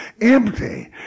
empty